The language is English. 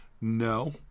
No